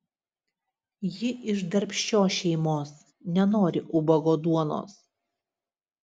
ji iš darbščios šeimos nenori ubago duonos